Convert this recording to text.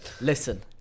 Listen